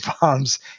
bombs